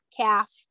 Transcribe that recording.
calf